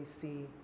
see